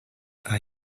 are